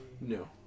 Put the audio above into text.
No